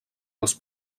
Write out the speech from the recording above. els